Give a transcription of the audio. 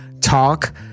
talk